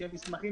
שהם מסמכים